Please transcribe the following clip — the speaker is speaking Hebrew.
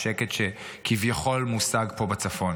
השקט שכביכול מושג פה בצפון.